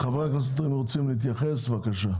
חברי הכנסת, אם אתם רוצים להתייחס בבקשה.